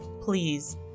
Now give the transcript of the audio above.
please